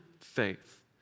faith